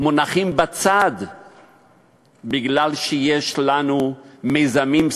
מונחים בצד משום שיש לנו מיזמים סקטוריאליים,